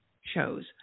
shows